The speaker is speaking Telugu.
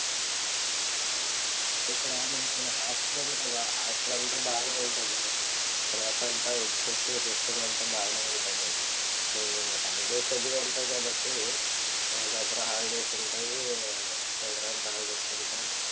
ఇక్కడ మనకు హాస్టల్ ఉంది కదా హాస్టల్ అంతా బాగా ఉంటుంది తర్వాత అంతా ఎడ్యుకేషన్ సిస్టం అంతా బాగా ఉంటుంది సో హాలిడేస్ అది ఉంటుంది కాబట్టి దసరా హాలిడేస్ ఉంటాయి సంక్రాంతి హాలిడేస్ ఉంటాయి